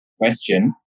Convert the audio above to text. question